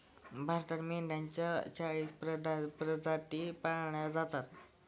भारतात मेंढ्यांच्या चाळीस प्रजाती पाळल्या जातात